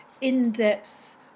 in-depth